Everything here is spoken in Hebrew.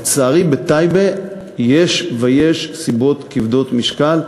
לצערי, בטייבה יש ויש סיבות כבדות משקל.